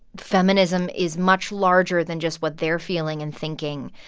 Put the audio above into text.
feminism is much larger than just what they're feeling and thinking.